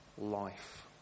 life